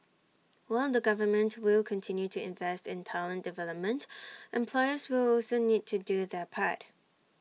while the government will continue to invest in talent development employers will also need to do their part